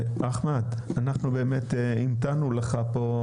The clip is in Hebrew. אחמד, אנחנו המתנו לך פה.